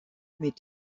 meeting